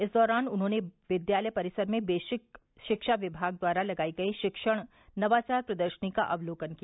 इस दौरान उन्होंने विद्यालय परिसर में बेसिक शिक्षा विभाग द्वारा लगाई गई शिक्षण नवाचार प्रदर्शनी का अवलोकन किया